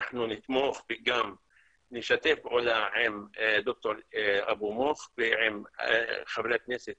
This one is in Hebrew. אנחנו נתמוך וגם נשתף פעולה עם דוקטור אבו מוך ועם חברי הכנסת